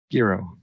Giro